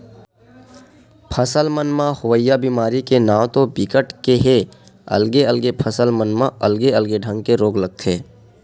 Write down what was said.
फसल मन म होवइया बेमारी के नांव तो बिकट के हे अलगे अलगे फसल मन म अलगे अलगे ढंग के रोग लगथे